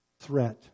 threat